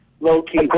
low-key